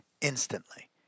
instantly